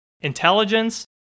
Intelligence